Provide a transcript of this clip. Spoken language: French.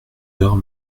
heures